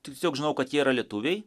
tiesiog žinau kad jie yra lietuviai